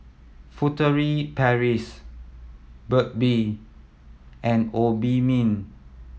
Furtere Paris Burt Bee and Obimin